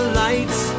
lights